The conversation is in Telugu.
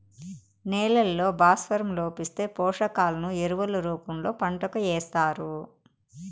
నేలల్లో భాస్వరం లోపిస్తే, పోషకాలను ఎరువుల రూపంలో పంటకు ఏస్తారు